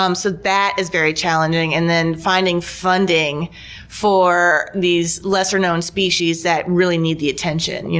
um so that is very challenging. and then finding funding for these lesser-known species that really need the attention.